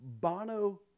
Bono